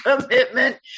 commitment